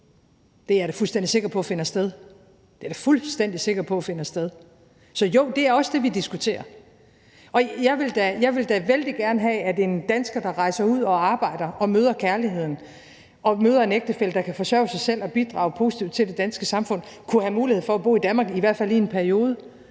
Det er jeg da fuldstændig sikker på finder sted. Det er jeg da fuldstændig sikker på finder sted. Så jo, det er også det, vi diskuterer. Jeg ville da vældig gerne have, at en dansker, der rejser ud og arbejder og møder kærligheden og møder en ægtefælle, der kan forsørge sig selv og bidrage positivt til det danske samfund, kunne have mulighed for at bo med vedkommende i Danmark, i hvert fald i en periode.